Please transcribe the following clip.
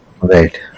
Right